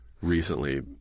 recently